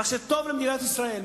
מה טוב למדינת ישראל.